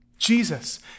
Jesus